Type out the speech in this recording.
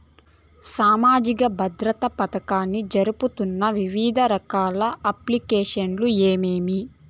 సామాజిక భద్రత పథకాన్ని జరుపుతున్న వివిధ రకాల అప్లికేషన్లు ఏమేమి?